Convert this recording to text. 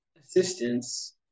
assistance